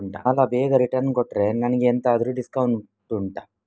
ಸಾಲ ಬೇಗ ರಿಟರ್ನ್ ಕೊಟ್ರೆ ನನಗೆ ಎಂತಾದ್ರೂ ಡಿಸ್ಕೌಂಟ್ ಉಂಟಾ